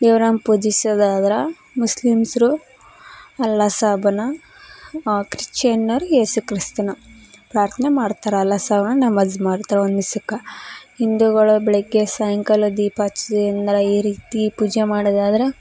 ದೇವ್ರನ್ನ ಪೂಜಿಸೋದಾದ್ರೆ ಮುಸ್ಲಿಮ್ಸ್ರು ಅಲ್ಲಾಹ್ ಸಾಬನ್ನ ಕ್ರಿಶ್ಚಿಯನ್ನರು ಯೇಸು ಕ್ರಿಸ್ತನ್ನ ಪ್ರಾರ್ಥನೆ ಮಾಡ್ತಾರ ಅಲ್ಲಾಹ್ ಸಾಬನ್ನ ನಮಾಜ್ ಮಾಡ್ತಾರ ಒಂದಿಸಕ್ಕೆ ಹಿಂದುಗಳು ಬೆಳಗ್ಗೆ ಸಾಯಂಕಾಲ ದೀಪ ಹಚ್ಚಿ ಏನರ ಈ ರೀತಿ ಪೂಜೆ ಮಾಡುದಾದ್ರೆ